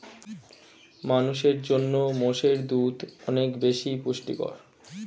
মানুষের জন্য মোষের দুধ অনেক বেশি পুষ্টিকর